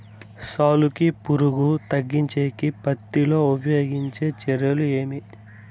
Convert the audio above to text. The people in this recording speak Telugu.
సాలుకి పులుగు తగ్గించేకి పత్తి లో ఉపయోగించే చర్యలు ఏమి?